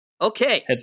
Okay